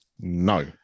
No